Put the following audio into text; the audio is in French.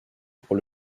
pour